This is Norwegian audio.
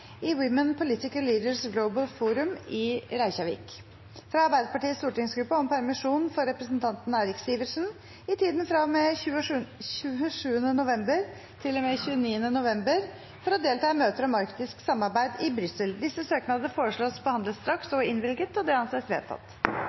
i Women Political Leaders Global Forum i Reykjavik fra Arbeiderpartiets stortingsgruppe om permisjon for representanten Eirik Sivertsen i tiden fra og med 27. november til og med 29. november for å delta i møter om arktisk samarbeid i Brussel Disse søknader foreslås behandlet straks og innvilget. – Det anses vedtatt.